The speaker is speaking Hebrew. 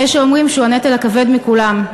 ויש שאומרים שהוא הנטל הכבד מכולם.